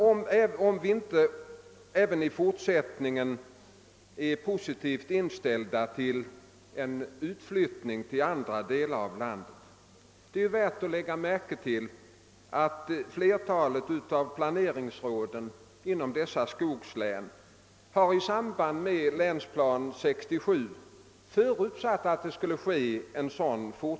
Samtidigt måste vi naturligtvis försöka skapa nya arbetstillfällen i skogslänen — jag skall återkomma till detta. Det är nämligen värt att lägga märke till att flertalet av planeringsråden inom dessa skogslän i samband med länsplan 67 har förutsatt att en fortsatt utflyttning skall ske.